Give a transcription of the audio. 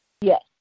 Yes